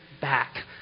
back